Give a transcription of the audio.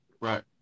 Right